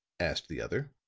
asked the other.